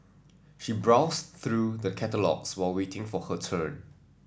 she browsed through the catalogues while waiting for her turn